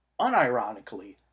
unironically